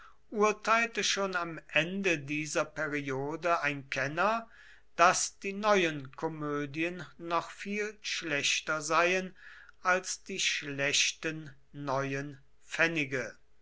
urteilte schon am ende dieser periode ein kenner daß die neuen komödien noch viel schlechter seien als die schlechten neuen pfennige